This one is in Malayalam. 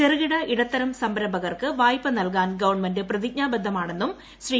ചെറുകിട ഇടത്തരം സംരംഭകർക്ക് വായ്പ നൽകാൻ ഗവൺമെന്റ് പ്രതിജ്ഞാബദ്ധമാണെന്നും ശ്രീ